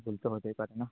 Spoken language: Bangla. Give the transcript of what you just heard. ভুল তো হতেই পারে না